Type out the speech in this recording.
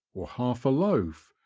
or half a loaf,